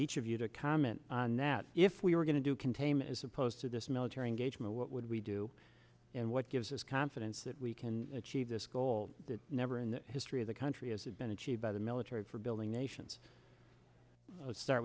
each of you to comment on that if we were going to do containment as opposed to this military engagement what would we do and what gives us confidence that we can achieve this goal never in history of the country has it been achieved by the military for building nations let's start